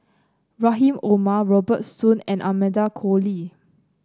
Rahim Omar Robert Soon and Amanda Koe Lee